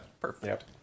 Perfect